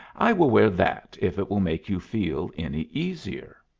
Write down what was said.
i will wear that if it will make you feel any easier.